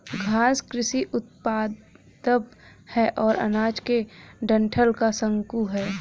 घास कृषि उपोत्पाद है और अनाज के डंठल का शंकु है